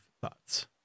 thoughts